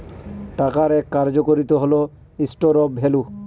টাকার এক কার্যকারিতা হল স্টোর অফ ভ্যালু